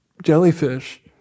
jellyfish